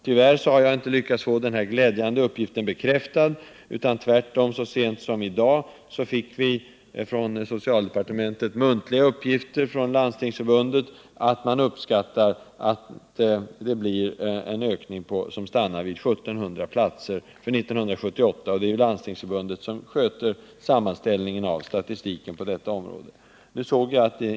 Tyvärr jag har inte lyckats få denna glädjande uppgift bekräftad, utan tvärtom fick vi i socialdepartementet så sent som i dag muntliga uppgifter från Landstingsförbundet, som ju sköter sammanställningen av statistiken på detta område, om att ökningen uppskattningsvis kommer att stanna vid 1 700 platser för 1978.